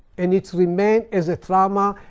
and its remained as a trauma.